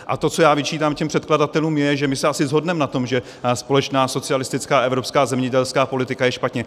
A to, co já vyčítám těm předkladatelům, je, že my se asi shodneme na tom, že společná socialistická evropská zemědělská politika je špatně.